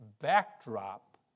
backdrop